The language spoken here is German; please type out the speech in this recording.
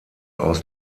aus